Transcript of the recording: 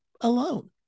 alone